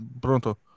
pronto